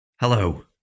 Hello